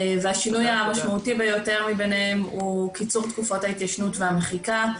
והשינוי המשמעותי ביותר ביניהם הוא קיצור תקופת ההתיישנות והמחיקה.